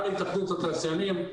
למר התאחדות התעשיינים,